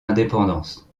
indépendance